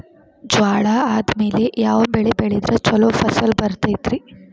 ಜ್ವಾಳಾ ಆದ್ಮೇಲ ಯಾವ ಬೆಳೆ ಬೆಳೆದ್ರ ಛಲೋ ಫಸಲ್ ಬರತೈತ್ರಿ?